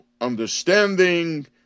understanding